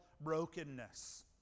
brokenness